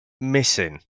missing